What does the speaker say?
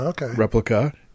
replica